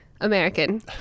american